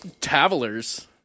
Travelers